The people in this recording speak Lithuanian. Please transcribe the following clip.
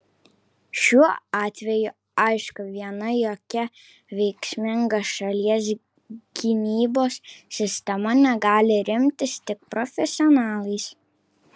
šiuo atveju aišku viena jokia veiksminga šalies gynybos sistema negali remtis tik profesionalais